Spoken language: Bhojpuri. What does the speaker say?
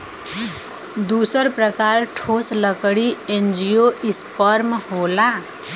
दूसर प्रकार ठोस लकड़ी एंजियोस्पर्म होला